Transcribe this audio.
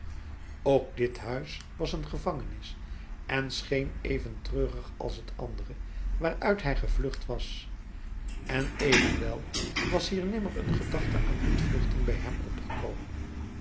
ook dit huis was een gevangenis en scheen even treurig als het andere waaruit hij gevlucht was en evenwel was hier nimmer een gedachte aan ontvluchting bij hem opgekomen